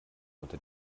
unter